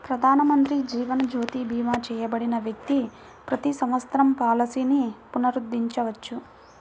ప్రధానమంత్రి జీవన్ జ్యోతి భీమా చేయబడిన వ్యక్తి ప్రతి సంవత్సరం పాలసీని పునరుద్ధరించవచ్చు